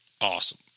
awesome